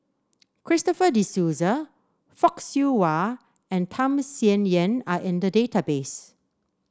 Christopher De Souza Fock Siew Wah and Tham Sien Yen are in the database